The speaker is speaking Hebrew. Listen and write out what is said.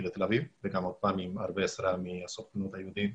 לתל אביב וגם זה עם עזרה מהסוכנות היהודית.